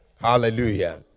Hallelujah